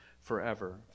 forever